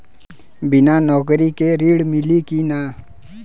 बिना नौकरी के ऋण मिली कि ना?